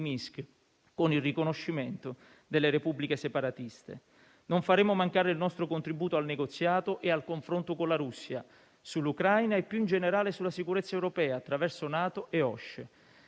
Minsk con il riconoscimento delle Repubbliche separatiste. Non faremo mancare il nostro contributo al negoziato e al confronto con la Russia sull'Ucraina e, più in generale, sulla sicurezza europea attraverso NATO e OSCE.